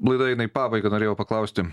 laida eina į pabaigą norėjau paklausti